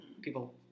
People